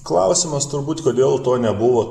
klausimas turbūt kodėl to nebuvo